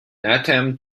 attempt